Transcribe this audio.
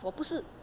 我不是